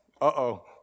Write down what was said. uh-oh